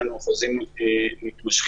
היינו חוזים מתמשכים,